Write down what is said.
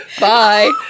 Bye